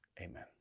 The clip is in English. Amen